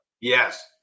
Yes